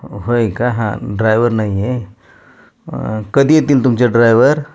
होय का हां ड्रायवर नाही आहे कधी येतील तुमचे ड्रायवर